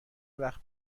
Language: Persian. وقت